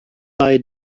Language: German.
bei